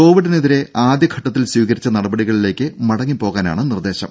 കോവിഡിനെതിരെ ആദ്യ ഘട്ടത്തിൽ സ്വീകരിച്ച നടപടികളിലേക്ക് മടങ്ങിപ്പോകാനാണ് നിർദേശം